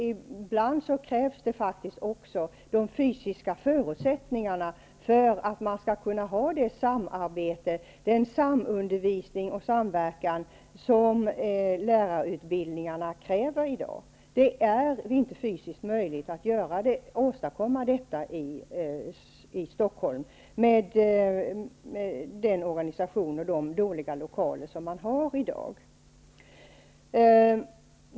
Ibland krävs det faktiskt också fysiska förutsättningar för att man skall kunna ha det samarbete, samundervisning och samverkan som lärarutbildningarna kräver i dag. Det är inte fysiskt möjligt att åstadkomma detta i Stockholm med den organisation och de dåliga lokaler som man har.